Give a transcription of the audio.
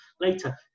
later